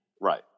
Right